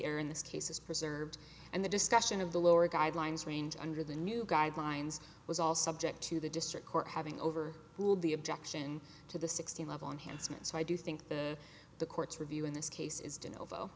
this case is preserved and the discussion of the lower guidelines range under the new guidelines was all subject to the district court having over ruled the objection to the sixteen level enhancement so i do think the the court's review in this case is didn't